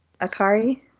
Akari